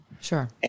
Sure